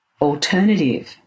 alternative